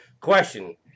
Question